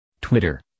twitter